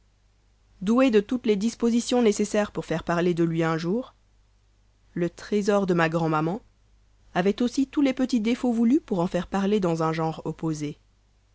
doué de toutes les dispositions nécessaires pour faire parler de lui un jour le trésor de ma grand'maman avait aussi tous les petits défauts voulus pour en faire parler dans un genre opposé